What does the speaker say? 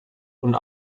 und